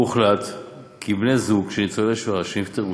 הוחלט כי בני-זוג של ניצולי שואה שנפטרו